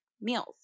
meals